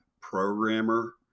programmer